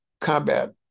combat